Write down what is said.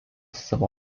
savo